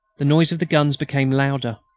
the noise of the guns became louder.